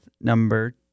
number